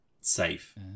safe